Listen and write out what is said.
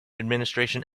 administration